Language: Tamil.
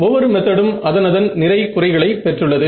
ஒவ்வொரு மெத்தடும் அதனதன் நிறை குறைகளை பெற்றுள்ளது